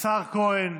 והשר כהן,